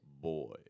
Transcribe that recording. boy